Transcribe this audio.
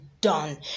done